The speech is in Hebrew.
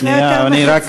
לפני יותר מחצי שנה, שנייה.